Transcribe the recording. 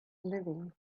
living